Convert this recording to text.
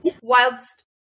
whilst